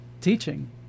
teaching